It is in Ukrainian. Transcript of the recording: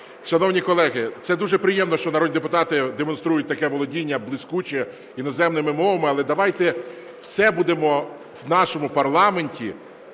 Шановні колеги, це дуже приємно, що народні депутати демонструють таке володіння блискуче іноземними мовами, але давайте все будемо в нашому парламенті